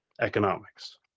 economics